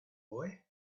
boy